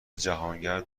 جهانگرد